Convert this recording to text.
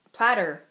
Platter